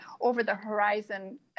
over-the-horizon